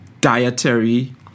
dietary